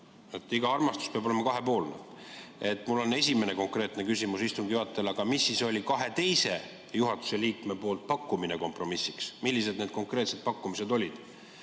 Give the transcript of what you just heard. iga armastus peab olema kahepoolne. Mul on esimene konkreetne küsimus istungi juhatajale: aga mis siis oli kahe teise juhatuse liikme pakkumine kompromissiks? Millised need konkreetsed pakkumised olid?